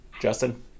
Justin